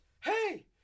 hey